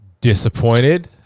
disappointed